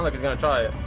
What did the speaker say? like he's gonna try it.